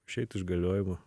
išeit iš galiojimo